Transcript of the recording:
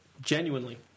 Genuinely